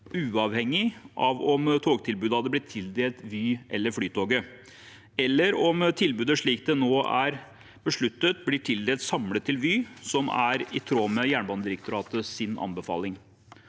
uavhengig av om togtilbudet hadde blitt tildelt Vy eller Flytoget, eller om tilbudet, slik det nå er besluttet, blir tildelt samlet til Vy, som er i tråd med Jernbanedirektoratets anbefaling.